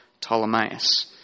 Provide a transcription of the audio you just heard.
Ptolemaeus